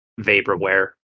vaporware